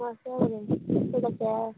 आ सांग रे तूं कसो आ